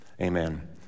amen